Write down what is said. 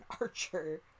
Archer